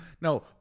No